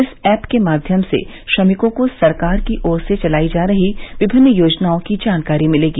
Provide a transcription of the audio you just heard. इस ऐप के माध्यम से श्रमिकों को सरकार की ओर से चलाई जा रही विभिन्न योजनाओं की जानकारी मिलेगी